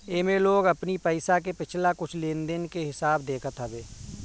एमे लोग अपनी पईसा के पिछला कुछ लेनदेन के हिसाब देखत हवे